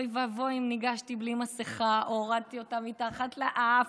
אוי ואבוי אם ניגשתי בלי מסכה או הורדתי אותה מתחת לאף.